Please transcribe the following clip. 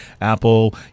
Apple